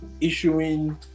issuing